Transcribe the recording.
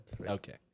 Okay